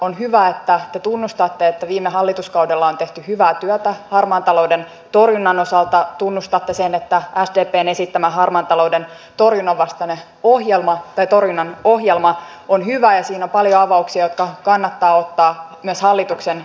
on hyvä että te tunnustatte että viime hallituskaudella on tehty hyvää työtä harmaan talouden torjunnan osalta tunnustatte sen että sdpn esittämä harmaan talouden torjunnan ohjelma on hyvä ja siinä on paljon avauksia jotka kannattaa ottaa myös hallituksen esityksiksi